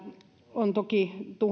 on toki